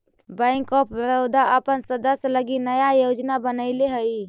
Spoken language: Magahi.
बैंक ऑफ बड़ोदा अपन सदस्य लगी नया योजना बनैले हइ